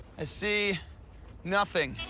i see nothing.